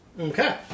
Okay